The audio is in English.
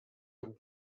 have